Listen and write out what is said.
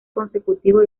consecutivo